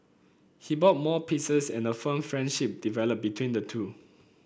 he bought more pieces and a firm friendship developed between the two